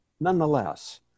Nonetheless